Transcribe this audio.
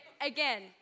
again